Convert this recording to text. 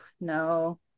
no